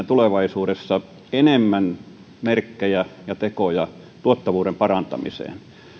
tulevaisuudessa enemmän merkkejä ja tekoja tuottavuuden parantamiseen